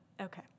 Okay